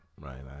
right